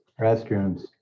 Restrooms